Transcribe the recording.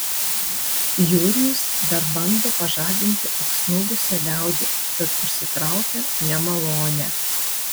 jurijus dar bando pažadinti apsnūdusią liaudį bet užsitraukia nemalonę